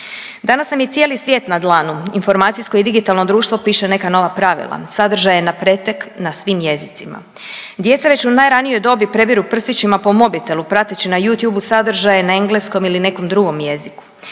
Danas nam je cijeli svijet na dlanu. Informacijsko i digitalno društvo piše neka nova pravila, sadržaje na pretek na svim jezicima. Djeca već u najranijoj dobi previru prstićima po mobitelu prateći na Youtubeu sadržaje na engleskom ili nekom drugom jeziku.